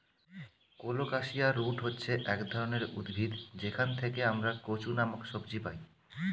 colocasia root হচ্ছে এক ধরনের উদ্ভিদ যেখান থেকে আমরা কচু নামক সবজি পাই